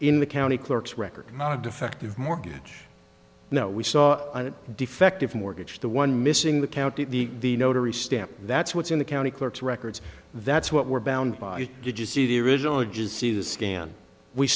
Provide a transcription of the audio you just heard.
in the county clerk's record not a defective mortgage now we saw a defective mortgage the one missing the county the the notary stamp that's what's in the county clerk's records that's what we're bound by to just see the original i just see the scan we